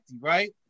right